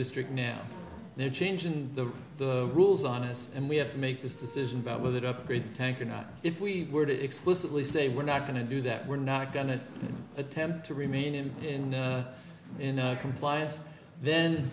district now they're changing the rules on us and we have to make this decision about whether to upgrade the tank or not if we were to explicitly say we're not going to do that we're not going to attempt to remain in compliance then